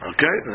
Okay